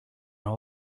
all